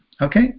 Okay